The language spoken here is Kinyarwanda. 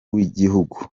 wigihugu